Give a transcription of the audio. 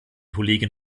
kollegin